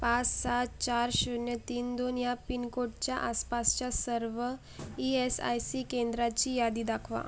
पाच सात चार शून्य तीन दोन ह्या पिनकोडच्या आसपासच्या सर्व ई एस आय सी केंद्राची यादी दाखवा